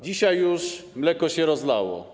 Dzisiaj już mleko się rozlało.